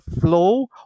flow